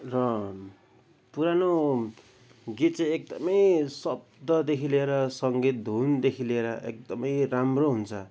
र पुरानो गीत चाहिँ एकदमै शब्ददेखि लिएर सङ्गीत धुनदेखि लिएर एकदमै राम्रो हुन्छ